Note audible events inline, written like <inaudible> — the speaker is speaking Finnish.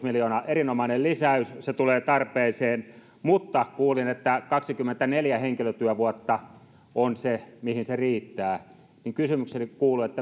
<unintelligible> miljoonaa erinomainen lisäys se tulee tarpeeseen mutta kuulin että kaksikymmentäneljä henkilötyövuotta on se mihin se riittää joten kysymykseni kuuluu